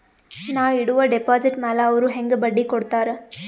ನಾ ಇಡುವ ಡೆಪಾಜಿಟ್ ಮ್ಯಾಲ ಅವ್ರು ಹೆಂಗ ಬಡ್ಡಿ ಕೊಡುತ್ತಾರ?